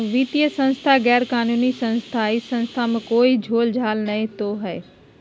वित्तीय संस्था गैर कानूनी संस्था है इस संस्था में कोई झोलझाल तो नहीं है?